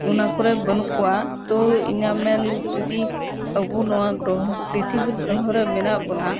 ᱚᱱᱟᱠᱚᱨᱮ ᱵᱟᱹᱱᱩᱜ ᱠᱚᱣᱟ ᱛᱳ ᱤᱧᱟᱹᱜ ᱢᱮᱱ ᱡᱩᱫᱤ ᱟᱵᱚ ᱱᱚᱣᱟ ᱜᱨᱚᱦᱚ ᱯᱨᱤᱛᱷᱤᱵᱤᱨ ᱜᱨᱚᱦᱚᱨᱮ ᱢᱮᱱᱟᱜ ᱵᱚᱱᱟ